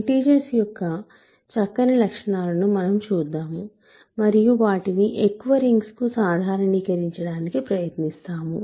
integers యొక్క చక్కని లక్షణాలను మనము చూద్దాము మరియు వాటిని ఎక్కువ రింగ్స్కు సాధారణీకరించడానికి ప్రయత్నిస్తాము